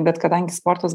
bet kadangi sportas